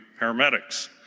paramedics